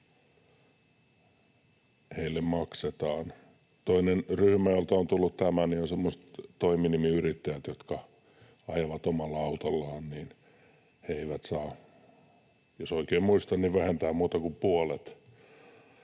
heille maksetaan. Toinen ryhmä, jolta on tullut tämä, on semmoiset toiminimiyrittäjät, jotka ajavat omalla autollaan. He eivät saa, jos oikein muistan, vähentää kuluina muuta kuin puolet